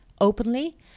openly